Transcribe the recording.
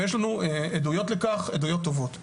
ויש לנו עדויות טובות לכך.